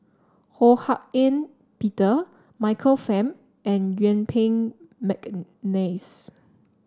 Ho Hak Ean Peter Michael Fam and Yuen Peng McNeice